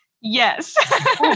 yes